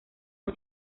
han